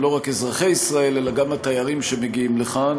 לא רק אזרחי ישראל אלא גם תיירים שמגיעים לכאן,